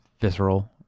Visceral